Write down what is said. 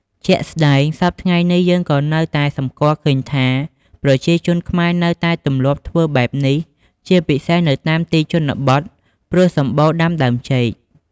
ជាក់ស្តែង សព្វថ្ងៃនេះយើងក៏នៅតែសម្គាល់ឃើញថា ប្រជាជនខ្មែរនៅតែទម្លាប់ធ្វើបែបនេះ ជាពិសេសនៅតាមទីជនបទ ព្រោះសម្បូរដាំដើមចេក។